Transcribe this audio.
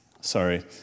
sorry